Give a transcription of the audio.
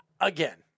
Again